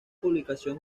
publicación